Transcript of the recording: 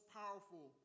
powerful